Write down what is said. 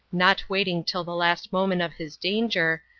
not waiting till the last moment of his danger,